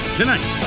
Tonight